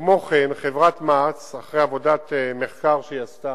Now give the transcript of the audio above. כמו כן, חברת מע"צ, אחרי עבודת מחקר שהיא עשתה,